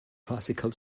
classical